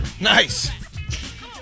Nice